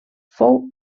fou